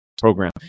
program